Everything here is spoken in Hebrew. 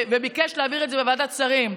וביקש להעביר את זה בוועדת שרים,